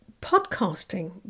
podcasting